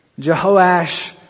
Jehoash